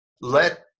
let